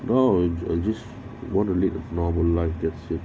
now I I just want to lead a normal life that's it